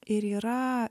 ir yra